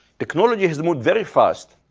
technology has moved very fast,